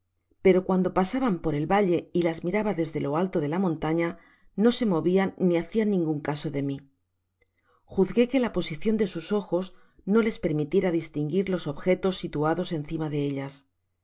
pero cuando pasaban por el valle y las miraba desde lo alto de la montaña no se movian ni hacian ningun caso de mi juzgué que la posicion dé sus ojos no les permitiera distinguir los objetos situados encima de ellas